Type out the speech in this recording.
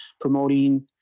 promoting